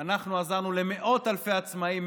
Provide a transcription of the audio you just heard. אנחנו עזרנו למאות אלפי עצמאים,